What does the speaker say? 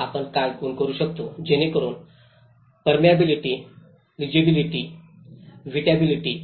आपण काय गुण करू शकतो जेणेकरून परमेयबिलिटी लेजिबिलिटी व्हिटॅलिटी